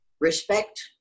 respect